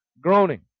Groaning